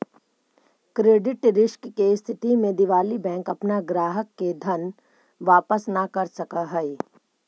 credit risk के स्थिति में दिवालि बैंक अपना ग्राहक के धन वापस न कर सकऽ हई